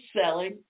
selling